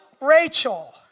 Rachel